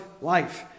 life